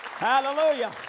Hallelujah